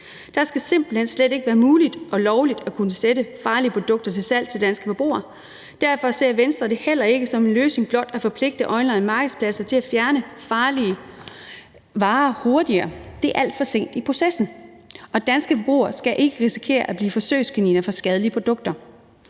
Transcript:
Det skal simpelt hen slet ikke være muligt eller lovligt at kunne sætte farlige produkter til salg til danske forbrugere. Derfor ser Venstre det heller ikke som en løsning blot at forpligte onlinemarkedspladser til at fjerne farlige varer hurtigere; det er alt for sent i processen. Og danske forbrugere skal ikke risikere at blive forsøgskaniner for skadelige produkter.